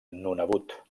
nunavut